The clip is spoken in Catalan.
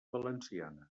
valenciana